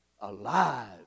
alive